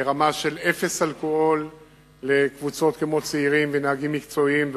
ברמה של אפס אלכוהול לקבוצות כמו צעירים ונהגים מקצועיים,